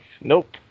nope